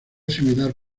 similar